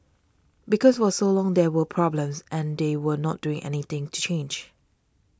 because for so long there were problems and they were not doing anything to change